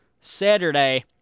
Saturday